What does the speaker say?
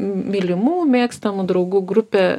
mylimų mėgstamų draugų grupė